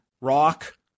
Rock